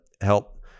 help